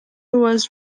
was